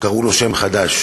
קראו לו שם חדש: